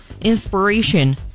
inspiration